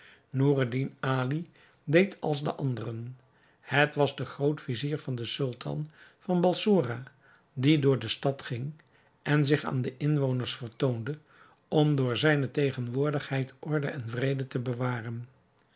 noureddin ali deed als de anderen het was de groot-vizier van den sultan van balsora die door de stad ging en zich aan de inwoners vertoonde om door zijne tegenwoordigheid orde en vrede te bewaren